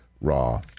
raw